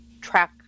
track